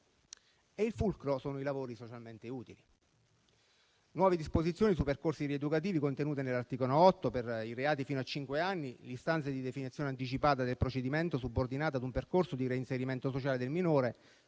e il fulcro sono i lavori socialmente utili: